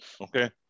Okay